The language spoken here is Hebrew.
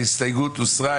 ההסתייגות הוסרה.